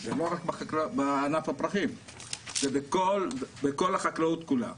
זה לא רק בענף הפרחים אלא בכל החקלאות כולה.